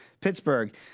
Pittsburgh